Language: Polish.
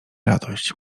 radość